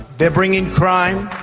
they are bringing crime,